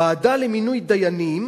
ועדה למינוי דיינים